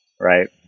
right